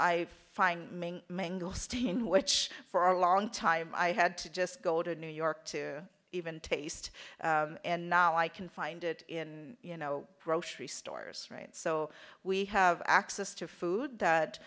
i find mangosteen which for a long time i had to just go to new york to even taste and now i can find it in you know grocery stores right so we have access to food that